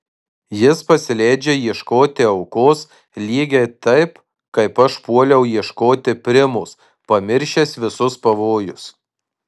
jis pasileidžia ieškoti aukos lygiai taip kaip aš puoliau ieškoti primos pamiršęs visus pavojus